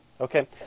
okay